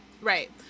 Right